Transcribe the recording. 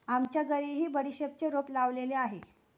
आमच्या घरीही बडीशेपचे रोप लावलेले आहे